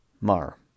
Mar